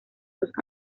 sus